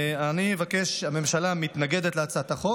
הממשלה מתנגדת להצעת החוק,